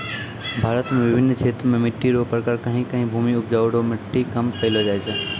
भारत मे बिभिन्न क्षेत्र मे मट्टी रो प्रकार कहीं कहीं भूमि उपजाउ रो मट्टी कम पैलो जाय छै